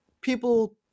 people